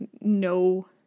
no